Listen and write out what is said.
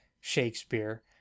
Shakespeare